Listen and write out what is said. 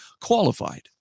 qualified